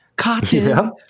Cotton